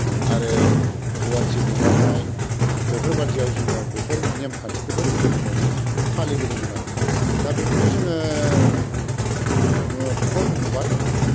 आरो रुवाथि हगारनाय बेफोरबादियाव जोङो बेफोर नेम खान्थिखौ फालिबोदोंमोन आरो दा बेफोरखौ जोङो खम नुबाय